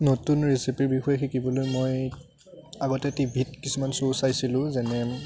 নতুন ৰেচিপিৰ বিষয়ে শিকিবলৈ মই আগতে টিভিত কিছুমান শ্ব' চাইছিলোঁ যেনে